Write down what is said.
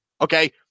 Okay